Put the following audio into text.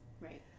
Right